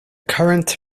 current